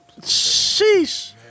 Sheesh